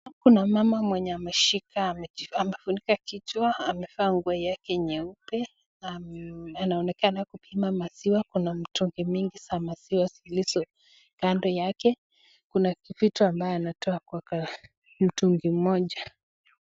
Kuna mama mwenye ameshika, amefunika kichwa amevaa nguo yake nyeupe, anaonekana kupima maziwa, Kuna mtungi mingi za maziwa zilizo kando yake, Kuna tuvitu ambayo anatoa kwa mtungi moja.